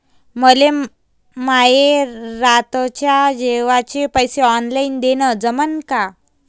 मले माये रातच्या जेवाचे पैसे ऑनलाईन देणं जमन का?